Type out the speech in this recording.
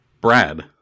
Brad